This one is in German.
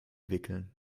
wickeln